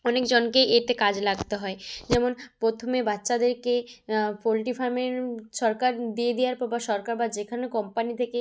অনেকজনকেই এতে কাজে লাগতে হয় যেমন প্রথমে বাচ্চাদেরকে পোলট্রি ফার্মের সরকার দিয়ে দেওয়ার পর বা সরকার বা যেখানে কোম্পানি থেকে